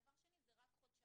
דבר שני זה רק חודשיים.